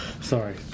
sorry